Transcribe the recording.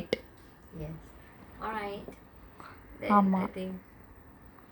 yes alright end I think